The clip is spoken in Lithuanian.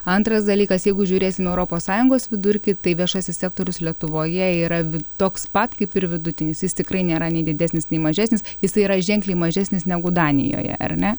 antras dalykas jeigu žiūrėsim europos sąjungos vidurkį tai viešasis sektorius lietuvoje yra vi toks pat kaip ir vidutinis jis tikrai nėra nei didesnis nei mažesnis jisai yra ženkliai mažesnis negu danijoje ar ne